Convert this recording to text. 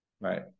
right